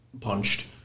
punched